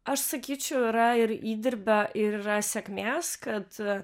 aš sakyčiau yra ir įdirbio ir sėkmės kad